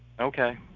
okay